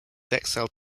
exiled